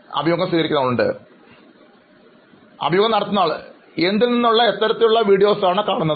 അഭിമുഖം സ്വീകരിക്കുന്നയാൾ ഉണ്ട് അഭിമുഖം നടത്തുന്നയാൾ എന്തിൽനിന്നും എത്തരത്തിലുള്ള വീഡിയോസ് ആണ് കാണാറുള്ളത്